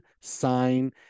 sign